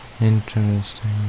Interesting